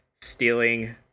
stealing